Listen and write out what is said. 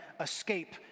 escape